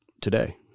today